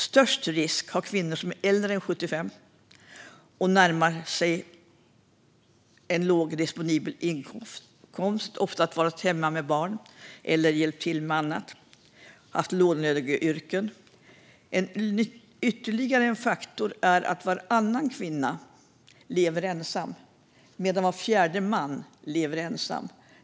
Störst risk råder för kvinnor äldre än 75 år med låg disponibel inkomst. De har ofta varit hemma med barn, hjälpt till med annat eller arbetat i låglöneyrken. Ytterligare en faktor är att varannan kvinna lever ensam medan var fjärde man lever ensam.